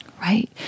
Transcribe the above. Right